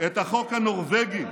את החוק הנורבגי,